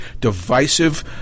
divisive